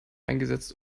eingesetzt